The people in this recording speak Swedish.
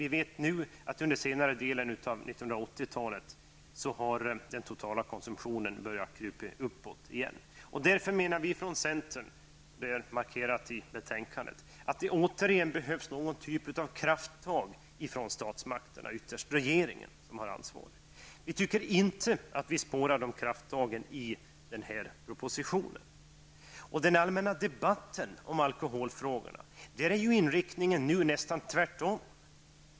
Vi vet nu att under senare delen av 1980-talet har den totala konsumtionen börjat krypa uppåt igen. Därför menar vi från centern -- det är markerat i betänkandet -- att det återigen behövs någon typ av krafttag från myndigheterna, ytterst regeringen som har ansvaret på det här området. Vi tycker att vi inte kan spåra några sådana krafttag i propositionen. I den allmänna debatten om alkoholfrågorna är inriktningen nästan den motsatta.